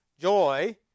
joy